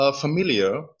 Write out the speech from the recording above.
familiar